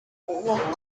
what